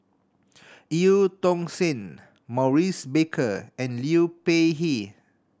Eu Tong Sen Maurice Baker and Liu Peihe